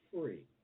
free